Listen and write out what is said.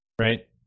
right